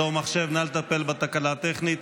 מדור מחשב, נא לטפל בתקלה הטכנית.